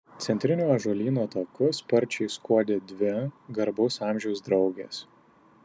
centriniu ąžuolyno taku sparčiai skuodė dvi garbaus amžiaus draugės